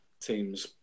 teams